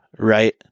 right